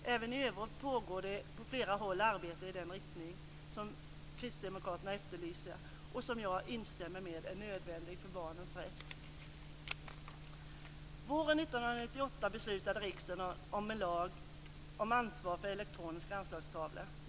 Även i övrigt pågår det på flera håll arbete i den riktning som kristdemokraterna efterlyser och som, det instämmer jag i, är nödvändig för barnens rätt. Våren 1998 beslutade riksdagen om en lag om ansvar för elektroniska anslagstavlor.